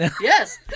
Yes